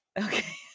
Okay